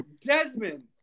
Desmond